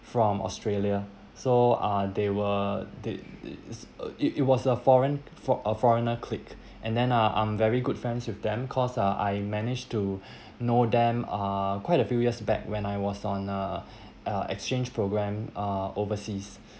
from australia so uh they were they they is a it it was a foreign for~ a foreigner clique and then uh I'm very good friends with them cause uh I managed to know them uh quite a few years back when I was on a uh exchange program uh overseas